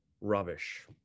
rubbish